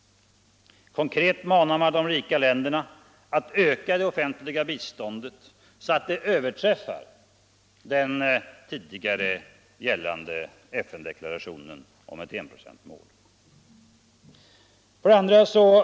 Konkret manar man de rika länderna att öka det offentliga biståndet så att det överträffar den gällande FN-deklarationen om enprocentsmålet.